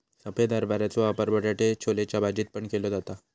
सफेद हरभऱ्याचो वापर बटाटो छोलेच्या भाजीत पण केलो जाता